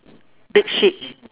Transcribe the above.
big sheep